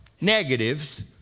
negatives